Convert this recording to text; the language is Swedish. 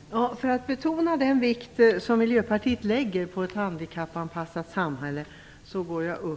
Herr talman! För att betona den vikt som Miljöpartiet lägger vid ett handikappanpassat samhälle skall jag nu tala